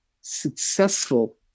successful